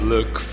Look